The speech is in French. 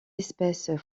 espèces